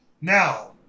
Now